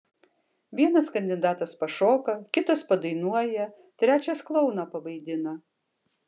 vienas kandidatas pašoka kitas padainuoja trečias klouną pavaidina